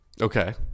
Okay